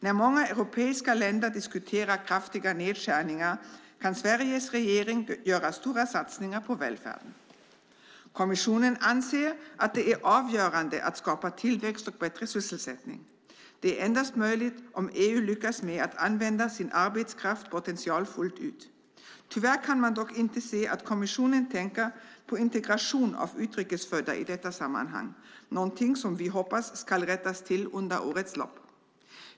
När många europeiska länder diskuterar kraftiga nedskärningar kan Sveriges regering göra stora satsningar på välfärden. Kommissionen anser att det är avgörande att skapa tillväxt och bättre sysselsättning. Det är endast möjligt om EU lyckas med att använda sin arbetskraftspotential fullt ut. Tyvärr kan man dock inte se att kommissionen tänker på full integration av utrikes födda i detta sammanhang, någonting som vi hoppas ska rättas till under årets lopp.